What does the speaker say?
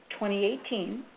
2018